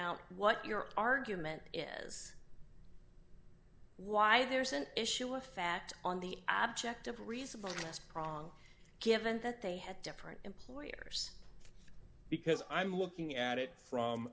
out what your argument is why there is an issue of fact on the object of reasonableness prong given that they have different employers because i'm looking at it from